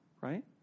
right